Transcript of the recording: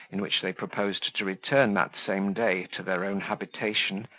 in which they proposed to return that same day to their own habitation,